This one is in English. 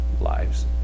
lives